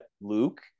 Luke